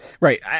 right